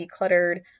decluttered